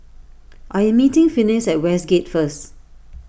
I am meeting Finis at Westgate first